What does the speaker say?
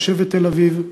תושבת תל-אביב,